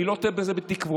אני לא תולה בזה תקוות,